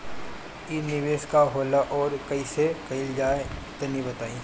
इ निवेस का होला अउर कइसे कइल जाई तनि बताईं?